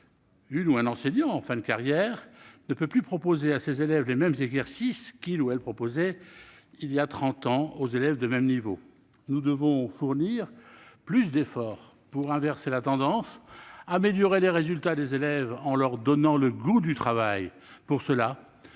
ou un enseignant en fin de carrière ne peut plus proposer à ses élèves les mêmes exercices qu'elle ou il proposait voilà trente ans aux élèves du même niveau. Nous devons fournir plus d'efforts pour inverser la tendance et améliorer les résultats des élèves en leur donnant le goût du travail. Pour cela,